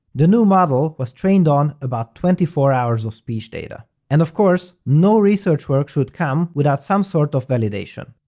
the new model was trained on about twenty four hours of speech data. and of course, no research work should come without some sort of validation.